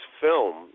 film